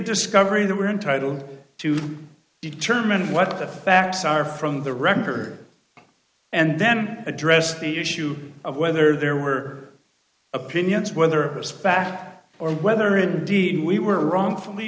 discovery that we're entitled to determine what the facts are from the record and then address the issue of whether there were opinions whether it's back or whether it did we were wrongfully